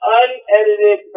unedited